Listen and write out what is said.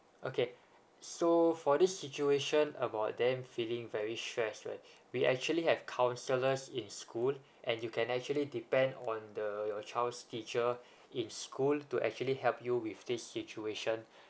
okay so for this situation about them feeling very stress right we actually have counsellors in school and you can actually depend on the your child's teacher in school to actually help you with this situation